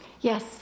Yes